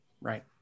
Right